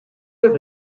œuvre